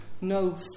No